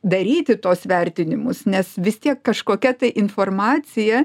daryti tuos vertinimus nes vis tiek kažkokia tai informacija